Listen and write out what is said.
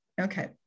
okay